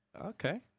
Okay